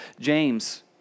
James